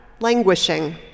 languishing